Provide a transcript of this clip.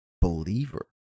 believer